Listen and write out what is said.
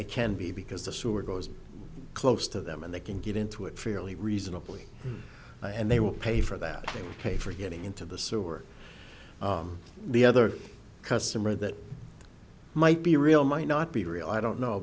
they can be because the sewer goes close to them and they can get into it fairly reasonably and they will pay for that ok for getting into the store the other customer that might be real might not be real i don't know